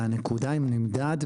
אלא הנקודה היא נמדד,